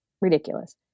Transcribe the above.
Ridiculous